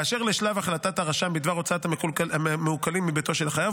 באשר לשלב החלטת הרשם בדבר הוצאת המעוקלים מביתו של החייב,